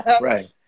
right